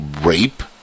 rape